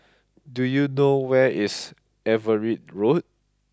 do you know where is Everitt Road